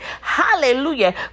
Hallelujah